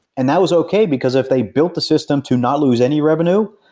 and that was okay, because if they built the system to not lose any revenue,